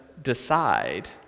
decide